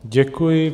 Děkuji.